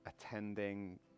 attending